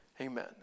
Amen